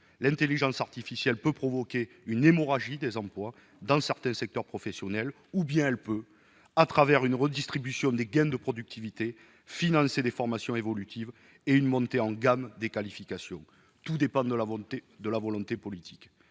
L'intelligence artificielle peut soit provoquer une hémorragie des emplois dans certains secteurs professionnels, soit, au travers d'une redistribution des gains de productivité, financer des formations évolutives et une montée en gamme des qualifications. Tout dépend de la volonté politique.